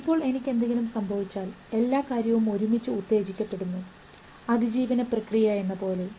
ഇപ്പോൾ എനിക്ക് എന്തെങ്കിലും സംഭവിച്ചാൽ എല്ലാ കാര്യവും ഒരുമിച്ച് ഉത്തേജിക്കപ്പെടുന്നു അതിജീവന പ്രക്രിയ എന്നപോലെ